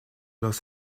los